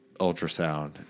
ultrasound